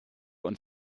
und